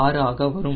6 ஆக வரும்